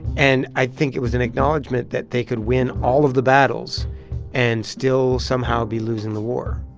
and i think it was an acknowledgement that they could win all of the battles and still somehow be losing the war